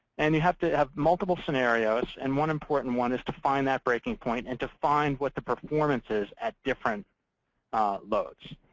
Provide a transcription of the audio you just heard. and you have to have multiple scenarios. and one important one is to find that breaking point and to find what the performance is at different loads.